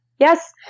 Yes